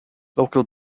local